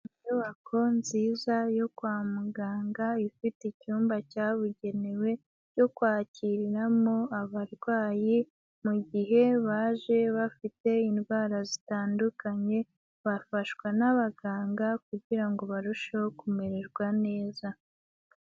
Inyubako nziza yo kwa muganga ifite icyumba cyabugenewe cyo kwakirariramo abarwayi mu gihe baje bafite indwara zitandukanye bafashwa n'abaganga kugirango barusheho kumererwa neza.